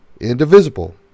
indivisible